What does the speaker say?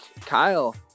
Kyle